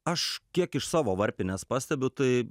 aš kiek iš savo varpinės pastebiu tai